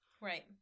Right